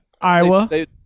Iowa